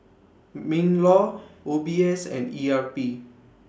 MINLAW O B S and E R P